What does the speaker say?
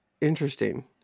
Interesting